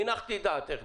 הנחתי את דעתך,